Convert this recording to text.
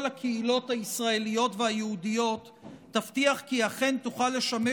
הקהילות הישראליות והיהודיות תבטיח כי אכן תוכל לשמש